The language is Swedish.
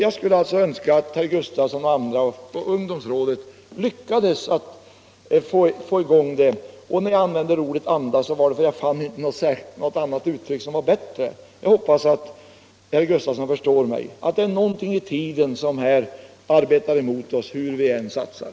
Jag skulle alltså önska att herr Gustavsson i Nässjö och andra i ungdomsrådet lyckades få i gång en utveckling i den här rikt domsorganisatio ningen. Och att jag använde ordet ”anda” berodde på att jag inte fann något uttryck som var bättre. Jag hoppas att herr Gustavsson i Nässjö förstår mig när jag säger att det är någonting i tiden som här arbetar emot oss, hur vi än satsar.